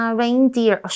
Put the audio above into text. ,reindeer